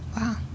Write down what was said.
wow